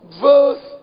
verse